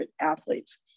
athletes